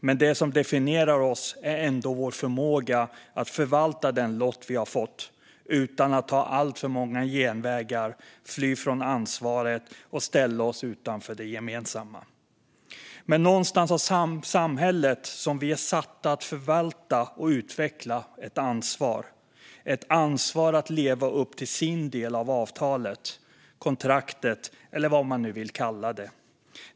Men det som definierar oss är ändå vår förmåga att förvalta den lott som vi har fått utan att ta alltför många genvägar, fly från ansvaret och ställa oss utanför det gemensamma. Men någonstans har samhället, som vi är satta att förvalta och utveckla, ett ansvar att leva upp till sin del av avtalet, kontraktet eller vad man nu vill kalla det.